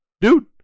dude